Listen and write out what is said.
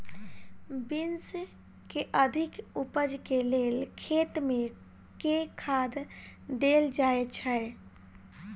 Beans केँ अधिक उपज केँ लेल खेत मे केँ खाद देल जाए छैय?